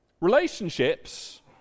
Relationships